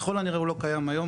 ככול הנראה הוא לא קיים היום,